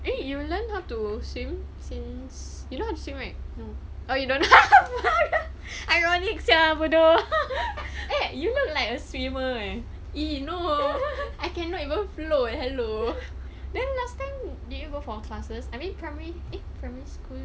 eh you learn how to swim since you know how to swim right ah you don't know eh you look like a swimmer eh eh then last time did you go for classes I mean primary eh primary school